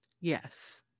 Yes